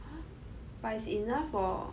!huh! but it's enough for